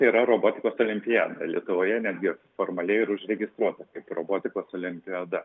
yra robotikos olimpiada lietuvoje netgi formaliai ir užregistruota kaip robotikos olimpiada